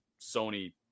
Sony